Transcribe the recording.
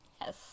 Yes